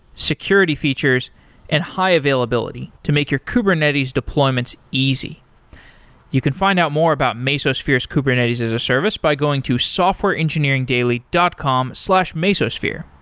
security features and high availability, to make your kubernetes deployments easy you can find out more about mesosphere's kubernetes as a service by going to softwareengineeringdaily dot com slash mesosphere.